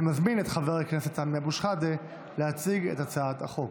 אני מזמין את חבר הכנסת סמי אבו שחאדה להציג את הצעת החוק.